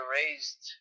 raised